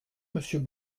monsieur